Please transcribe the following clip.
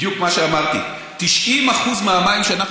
בדיוק מה שאמרתי: 90% מהמים שאנחנו